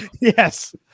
Yes